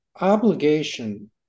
obligation